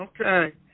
Okay